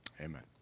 amen